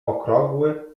okrągły